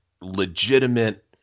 legitimate